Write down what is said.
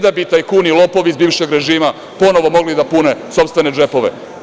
Da bi tajkuni, lopovi bivšeg režima ponovo mogli da pune sopstvene džepove.